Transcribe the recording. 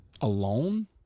Alone